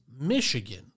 Michigan